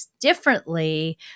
differently